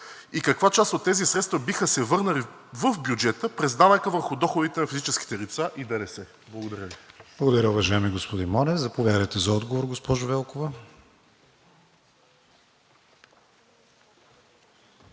и каква част от тези средства биха се върнали в бюджета през данъка върху доходите на физическите лица и ДДС? Благодаря Ви. ПРЕДСЕДАТЕЛ КРИСТИАН ВИГЕНИН: Благодаря, уважаеми господин Монев. Заповядайте за отговор, госпожо Велкова.